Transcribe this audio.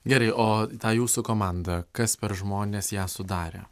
gerai o tą jūsų komandą kas per žmonės ją sudarė